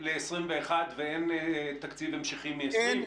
כי אין תקציב ל-2021 ואין תקציב המשכי ממיסים?